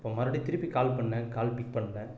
அப்புறம் மறுபடியும் திருப்பி கால் பண்ணேன் கால் பிக் பண்ணல